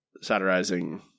satirizing